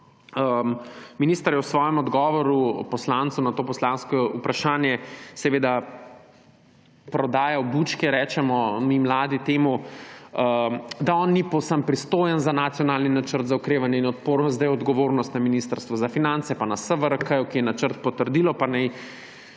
Minister je v svojem odgovoru poslancu na to poslansko vprašanje »prodajal bučke«, kot rečemo mladi temu, da on ni povsem pristojen za Nacionalni načrt za okrevanje in odpornost, da je odgovornost na Ministrstvu za finance pa na SVRK, ki je načrt potrdil. Pa naj